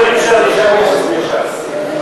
החברים שלנו, מש"ס.